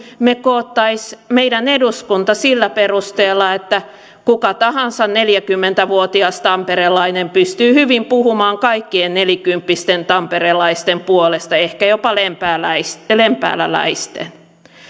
me kokoaisimme meidän eduskunnan sillä perusteella että kuka tahansa neljäkymmentä vuotias tamperelainen pystyy hyvin puhumaan kaikkien nelikymppisten tamperelaisten puolesta ehkä jopa lempääläläisten